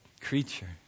creature